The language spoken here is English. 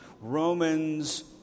Romans